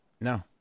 No